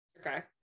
okay